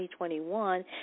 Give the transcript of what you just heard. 2021